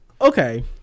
okay